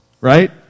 right